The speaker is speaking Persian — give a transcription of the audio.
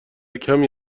کمی